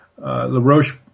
LaRoche